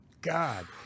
God